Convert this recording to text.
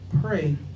pray